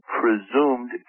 presumed